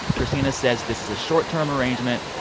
christina says this is a short-term arrangement.